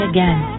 Again